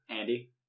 Andy